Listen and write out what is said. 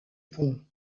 pont